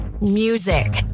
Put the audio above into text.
Music